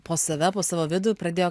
po save po savo vidų pradėjo